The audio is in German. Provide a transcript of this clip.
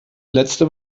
letzte